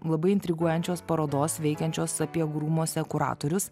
labai intriguojančios parodos veikiančios sapiegų rūmuose kuratorius